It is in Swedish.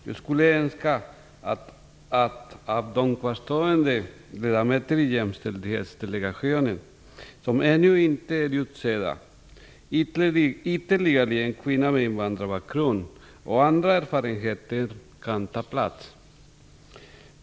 Jag skulle önska att bland de kvarstående ledamöterna i Jämställdhetsdelegationen som ännu inte är utsedda, ytterligare en kvinna med invandrarbakgrund och andra erfarenheter kan ta plats.